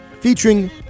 featuring